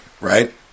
right